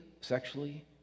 sexually